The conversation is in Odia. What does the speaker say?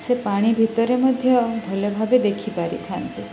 ସେ ପାଣି ଭିତରେ ମଧ୍ୟ ଭଲ ଭାବେ ଦେଖିପାରିଥାନ୍ତି